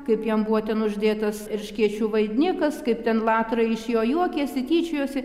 kaip jam buvo ten uždėtas erškėčių vainikas kaip ten latrai iš jo juokėsi tyčiojosi